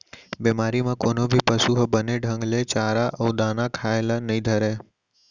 बेमारी म कोनो भी पसु ह बने ढंग ले चारा अउ दाना खाए ल नइ धरय